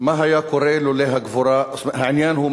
מה היה קורה ללא הגבורה שלכם,